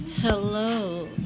Hello